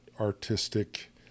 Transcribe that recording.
artistic